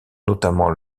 notamment